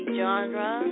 genre